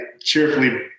cheerfully